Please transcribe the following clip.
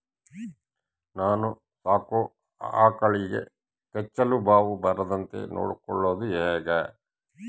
ನಾನು ಸಾಕೋ ಆಕಳಿಗೆ ಕೆಚ್ಚಲುಬಾವು ಬರದಂತೆ ನೊಡ್ಕೊಳೋದು ಹೇಗೆ?